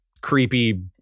creepy